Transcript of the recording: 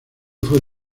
fue